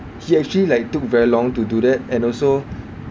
he actually like took very long to do that and also